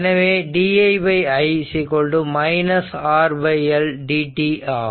எனவே di i R L dt வாகும்